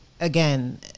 again